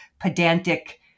pedantic